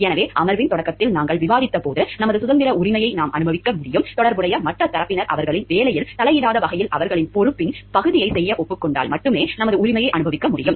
எனவே அமர்வின் தொடக்கத்தில் நாங்கள் விவாதித்தபோது நமது சுதந்திர உரிமையை நாம் அனுபவிக்க முடியும் தொடர்புடைய மற்ற தரப்பினர் அவர்களின் வேலையில் தலையிடாத வகையில் அவர்களின் பொறுப்பின் பகுதியைச் செய்ய ஒப்புக்கொண்டால் மட்டுமே நமது உரிமையை அனுபவிக்க முடியும்